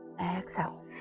exhale